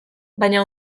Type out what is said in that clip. baina